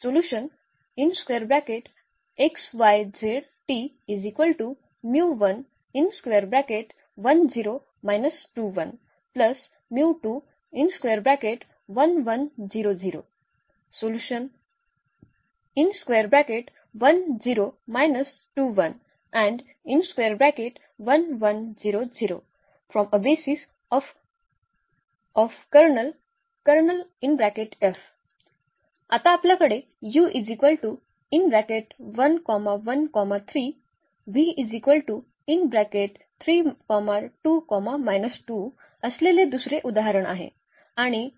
form a basis of आता आपल्याकडे असलेले दुसरे उदाहरण आहे आणि